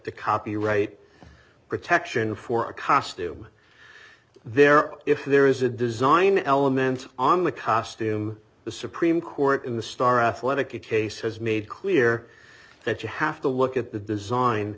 to copyright protection for a costume there or if there is a design element on the costume the supreme court in the star athletic case has made clear that you have to look at the design